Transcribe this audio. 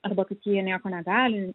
arba kad jie nieko negali